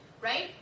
Right